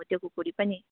भोटे खुकुरी पनि